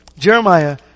Jeremiah